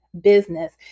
business